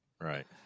Right